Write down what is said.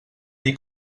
dir